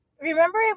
Remember